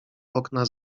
okna